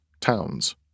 towns